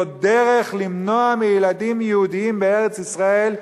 דרך למנוע מילדים יהודים בארץ-ישראל,